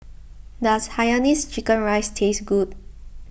does Hainanese Chicken Rice taste good